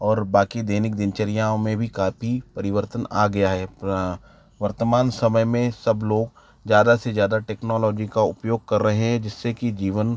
और बाकी दैनिक दिनचर्याओं में भी काफ़ी परिवर्तन आ गया है वर्तमान समय में सब लोग ज़्यादा से ज़्यादा टेक्नोलॉजी का उपयोग कर रहे हैं जिससे कि जीवन